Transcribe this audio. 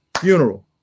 funeral